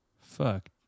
Fuck